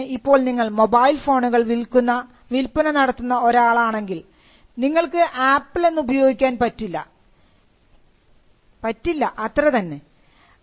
ഉദാഹരണത്തിന് ഇപ്പോൾ നിങ്ങൾ മൊബൈൽ ഫോണുകൾ വിൽപ്പന നടത്തുന്ന ഒരാളാണെങ്കിൽ നിങ്ങൾക്ക് ആപ്പിൾ എന്ന് ഉപയോഗിക്കാൻ പറ്റില്ല ഇല്ല അത്ര തന്നെ